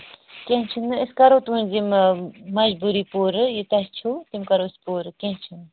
کینٛہہ چھُنہٕ أسۍ کرو تُہٕنٛز یمہ مجبوری پوٗرٕ یہِ تۄہہِ چھو تِم کرو أسۍ پوٗرٕ کینٛہہ چھُنہٕ